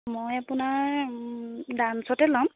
মই আপোনাৰ ডাঞ্চতে ল'ম